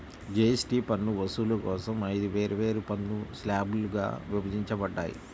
GST పన్ను వసూలు కోసం ఐదు వేర్వేరు పన్ను స్లాబ్లుగా విభజించబడ్డాయి